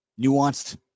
nuanced